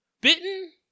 Bitten